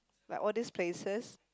like all these places